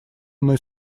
мной